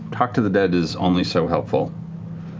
talk to the dead is only so helpful.